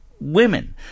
women